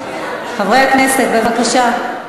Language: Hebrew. חברי הכנסת, בבקשה.